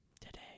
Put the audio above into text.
today